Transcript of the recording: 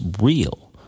real